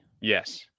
Yes